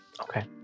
Okay